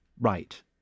Right